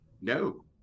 No